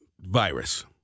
virus